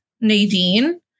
Nadine